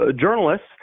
journalists